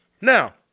Now